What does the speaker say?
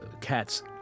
cat's